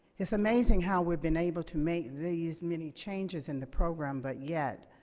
it's amazing how we've been able to make these many changes in the program but yet